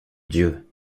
dieu